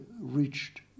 reached